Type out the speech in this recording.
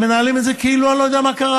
ומנהלים את זה כאילו אני לא יודע מה קרה.